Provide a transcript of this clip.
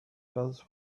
does